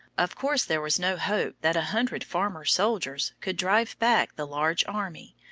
of course there was no hope that a hundred farmer-soldiers could drive back the large army,